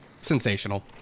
Sensational